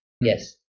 Yes